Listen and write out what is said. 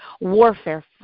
warfare